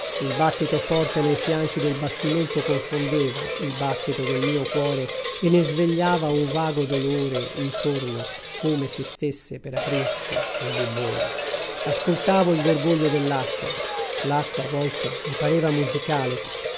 il battito forte nei fianchi del bastimento confondeva il battito del mio cuore e ne svegliava un vago dolore intorno come se stesse per aprirsi un bubbone ascoltavo il gorgoglio dell'acqua l'acqua a volte mi pareva musicale